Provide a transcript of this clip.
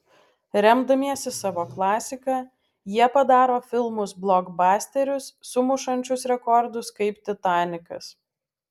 remdamiesi savo klasika jie padaro filmus blokbasterius sumušančius rekordus kaip titanikas